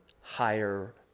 higher